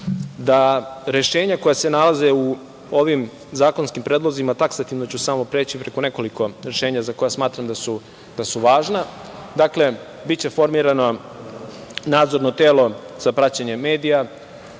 da rešenja koja se nalaze u ovim zakonskim predlozima, taksativno ću samo preći preko nekoliko rešenja za koja smatram da su važna, dakle, biće formirano nadzorno telo za praćenje medija